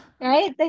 Right